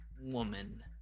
woman